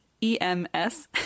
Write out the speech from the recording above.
E-M-S